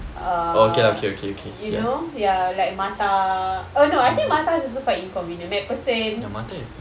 uh you know ya like mattar oh no I think mattar is also quite inconvenient macpherson